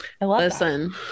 listen